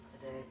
today